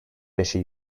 beşe